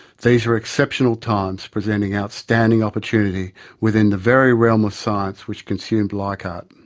these were exceptional times presenting outstanding opportunity within the very realm of science which consumed leichhardt.